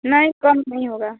नहीं कम नहीं होगा